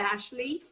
Ashley